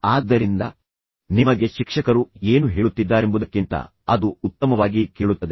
ಆದ್ದರಿಂದ ನಿಮಗೆ ಶಿಕ್ಷಕರು ನಿಮಗೆ ಏನು ಹೇಳುತ್ತಿದ್ದಾರೆಂಬುದಕ್ಕಿಂತ ಅದು ಉತ್ತಮವಾಗಿ ಕೇಳುತ್ತದೆ